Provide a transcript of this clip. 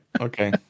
okay